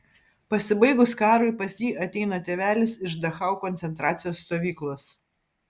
pasibaigus karui pas jį ateina tėvelis iš dachau koncentracijos stovyklos